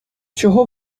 чого